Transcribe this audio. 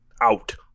Out